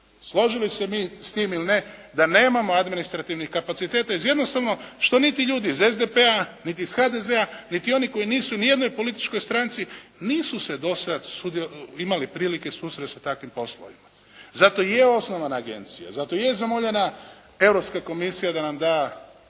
složili se mi s tim ili ne da nemamo administrativnih kapaciteta iz jednostavno što niti ljudi iz SDP-a niti iz HDZ-a niti oni koji nisu u nijednoj političkoj stranci, nisu se dosad imali prilike susresti s takvim poslovima. Zato je i osnovana agencija, zato i je zamoljena Europska komisija da nam da